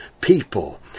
people